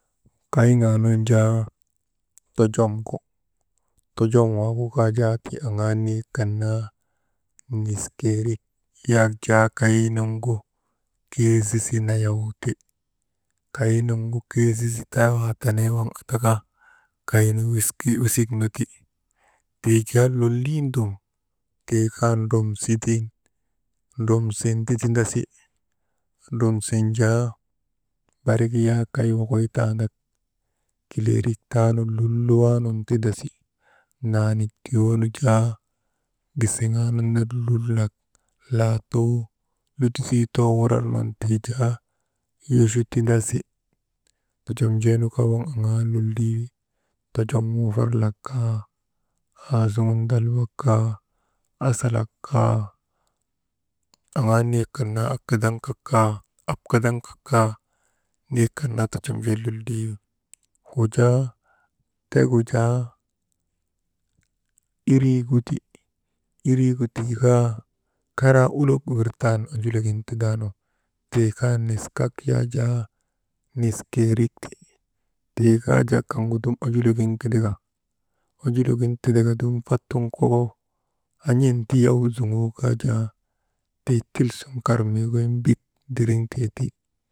Kayŋaa nun jaa tojomgu, tojom waagu kaa tii aŋaa niyek kan naa niskeerik yak jaa kaynungu keesisi nayawti kaynu keesisi tawaa tenee waŋ andaka kaynu « hesitation» wisik nu ti. Tii jaa lolli dum tii kaa «hesitation» ndromsin ti tindasi, ndromsin jaa barik yak kay wokoytaandak, kileerik taanu lul luwaa nun tindasi, naanik tuyoonu jaa gisiŋaa nun ner lul nak laatuu lutosii too wurarnun tiijaa yochu tindasi. Tojomjeenu waŋ kaa aŋaa lollii wi. Tojom wafarlak kaa, asuŋun ndalbak kaa, asalak kaa, aŋaa niyek kan naa «hesitation» abkadaŋkaka kaa, niyek kan naa tojom lolli. Wujaa tegu jaa iriigu ti, iriigu tii kaa kaa karaa olok wirtan ojulok gin tindaanu, tii kaa niskak yak jaa niskéerik ti. Tii kaa jaa dum ojulkogin « hesitation » tinda ka dum fak suŋ koko an̰inti yaw zuŋ kok an̰inte yaw zuŋ kaajaa tii tilsun kar miigin bik ndiriŋ tee t.